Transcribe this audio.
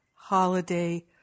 Holiday